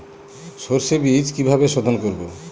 সর্ষে বিজ কিভাবে সোধোন করব?